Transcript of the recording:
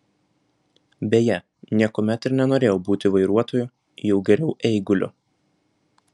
beje niekuomet ir nenorėjau būti vairuotoju jau geriau eiguliu